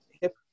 hip